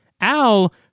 Al